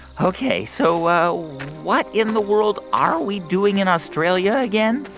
ok. so what in the world are we doing in australia again?